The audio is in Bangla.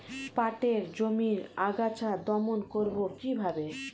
পাটের জমির আগাছা দমন করবো কিভাবে?